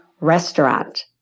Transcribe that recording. restaurant